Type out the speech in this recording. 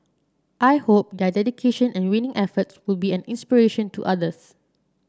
I hope their dedication and winning efforts will be an inspiration to others